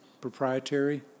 proprietary